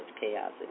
chaos